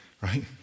right